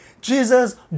jesus